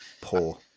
poor